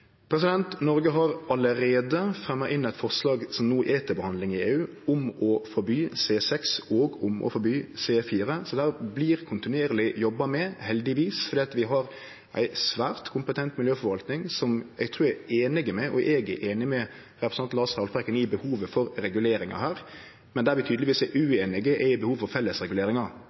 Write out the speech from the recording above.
Noreg har allereie fremja eit forslag, som no er til behandling i EU, om å forby C6 og C4, så dette vert det kontinuerlig jobba med – heldigvis. Vi har ei svært kompetent miljøforvaltning, som eg trur – til liks med meg – er einig med representanten Haltbrekken i behovet for reguleringar her. Det vi tydelegvis er ueinige om, er behovet for fellesreguleringar. Eg trur behovet for